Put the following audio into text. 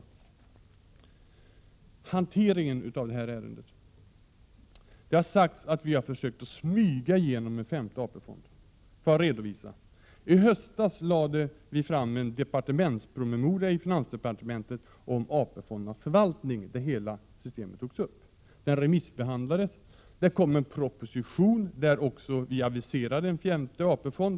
Jag vill säga något om hanteringen av detta ärende. Det har sagts att vi har försökt smyga igenom en femte AP-fond. Jag vill därför göra följande redovisning. I höstas lade vi fram en departementspromemoria i finansdepartementet om AP-fondernas förvaltning där hela systemet togs upp. Den remissbehandlades. Och det lades fram en proposition i vilken vi aviserade en femte AP-fond.